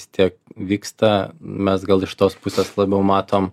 vis tiek vyksta mes gal iš tos pusės labiau matom